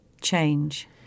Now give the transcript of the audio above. change